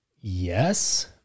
yes